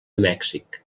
mèxic